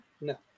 No